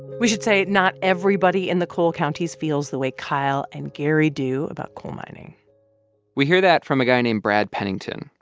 we should say not everybody in the coal counties feels the way kyle and gary do about coal mining we hear that from a guy named brad pennington,